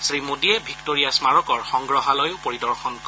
শ্ৰীমোদীয়ে ভিক্টোৰিয়া স্মাৰকৰ সংগ্ৰহালয়ো পৰিদৰ্শন কৰে